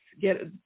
get